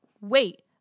wait